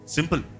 Simple